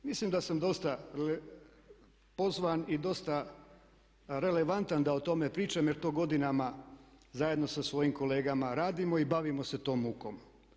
Mislim da sam dosta pozvan i dosta relevantan da o tome pričam jer to godinama zajedno sa svojim kolegama radimo i bavimo se tom mukom.